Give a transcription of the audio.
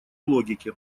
логике